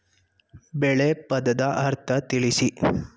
ಬೆಳೆ ಪದದ ಅರ್ಥ ತಿಳಿಸಿ?